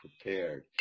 prepared